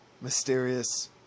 mysterious